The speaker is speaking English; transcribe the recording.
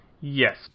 Yes